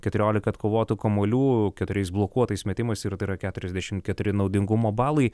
keturiolika atkovotų kamuolių keturiais blokuotais metimais ir tai yra keturiasdešim keturi naudingumo balai